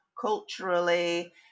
culturally